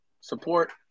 support